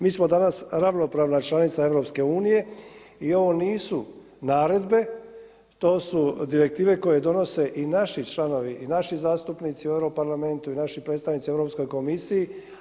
Mi smo danas ravnopravna članica EU i ovo nisu naredbe, to su direktive koje donose i naši članovi i naši zastupnici u Europarlamentu i naši predstavnici u Europskoj komisiji.